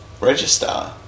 register